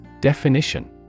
Definition